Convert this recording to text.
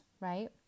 Right